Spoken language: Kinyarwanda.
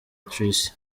tricia